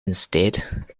instead